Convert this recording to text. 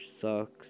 sucks